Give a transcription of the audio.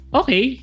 okay